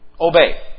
Obey